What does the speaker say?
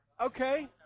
Okay